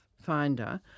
Finder